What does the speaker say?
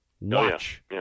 Watch